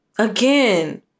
Again